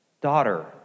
Daughter